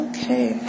Okay